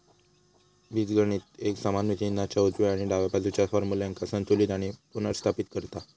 बीजगणित एक समान चिन्हाच्या उजव्या आणि डाव्या बाजुच्या फार्म्युल्यांका संतुलित आणि पुनर्स्थापित करता